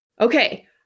okay